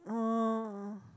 uh